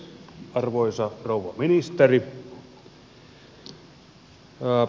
arvoisa rouva ministeri